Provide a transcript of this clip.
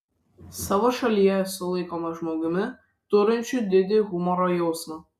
savo šalyje esu laikomas žmogumi turinčiu didį humoro jausmą